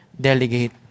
delegate